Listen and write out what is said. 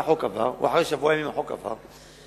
אחרי שבוע ימים החוק עבר,